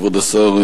כבוד השר,